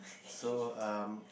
so um